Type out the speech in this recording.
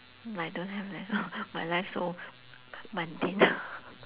I don't have leh my life so mundane